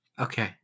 Okay